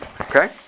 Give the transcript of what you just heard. Okay